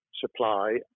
supply